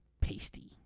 pasty